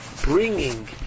bringing